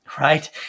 right